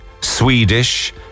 Swedish